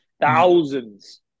thousands